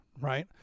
right